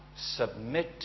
submit